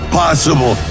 possible